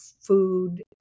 food